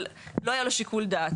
אבל לא היה לו שיקול דעת.